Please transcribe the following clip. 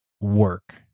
work